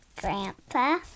Grandpa